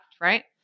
right